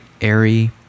airy